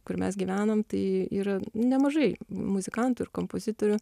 kur mes gyvenam tai yra nemažai muzikantų ir kompozitorių